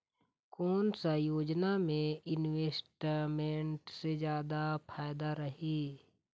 कोन सा योजना मे इन्वेस्टमेंट से जादा फायदा रही?